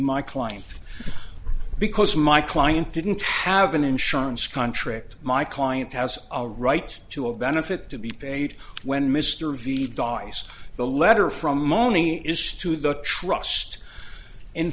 my client because my client didn't have an insurance contract my client has a right to a benefit to be paid when mr v dies the letter from mony is to the trust in